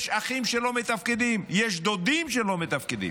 יש אחים שלא מתפקדים, יש דודים שלא מתפקדים.